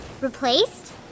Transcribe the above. Replaced